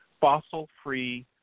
fossil-free